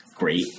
Great